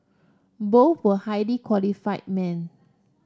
both were highly qualified men